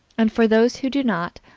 and for those who do not,